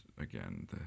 again